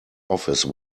office